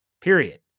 period